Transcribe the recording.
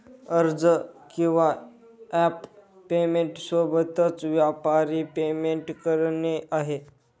अर्ज किंवा app payment सोबतच, व्यापारी पेमेंट करणे आहे